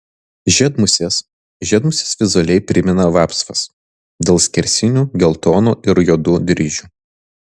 žiedmusės žiedmusės vizualiai primena vapsvas dėl skersinių geltonų ir juodų dryžių